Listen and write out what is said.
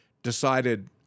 decided